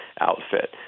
outfit